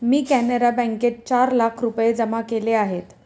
मी कॅनरा बँकेत चार लाख रुपये जमा केले आहेत